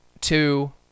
two